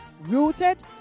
rooted